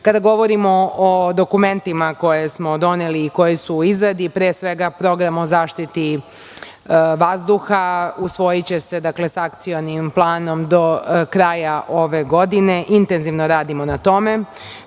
govorimo o dokumentima koje smo doneli i koji su u izradi, pre svega program o zaštiti vazduha usvojiće se sa akcionim planom do kraja ove godine. Intenzivno radimo na tome.